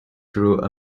through